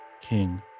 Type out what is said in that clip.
king